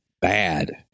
bad